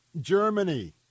Germany